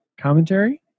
commentary